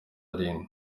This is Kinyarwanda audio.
arindwi